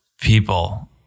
people